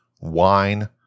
wine